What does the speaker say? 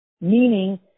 Meaning